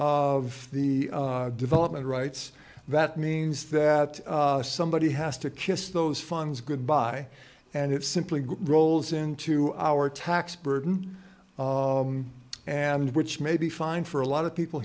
of the development rights that means that somebody has to kiss those funds goodbye and it simply rolls into our tax burden and which may be fine for a lot of people